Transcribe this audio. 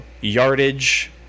yardage